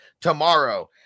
tomorrow